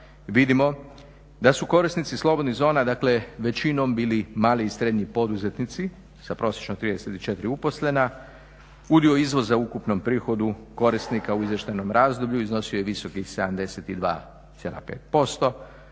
vidimo da su korisnici slobodnih zona većinom bili mali i srednji poduzetnici sa prosječno 34 uposlena. Udio izvoza u ukupnom prihodu korisnika u izvještajnom razdoblju iznosio je visokih 72,5%,